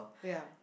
yeah